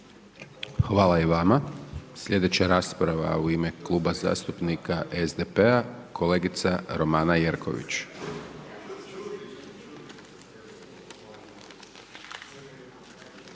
Hvala i vama. Slijedeća rasprava u ime Kluba zastupnika SDP-a, kolegica Romana Jerković.